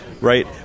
Right